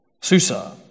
Susa